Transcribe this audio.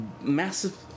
massive